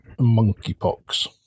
monkeypox